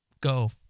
Go